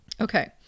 Okay